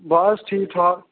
बस ठीक ठाक